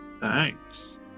thanks